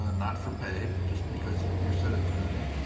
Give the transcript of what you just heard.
ah not for pay, but just because of your civic commitment.